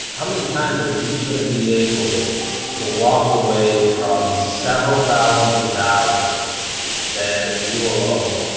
how many times are you going to be able to walk away from several thousands of dollars that you will owe?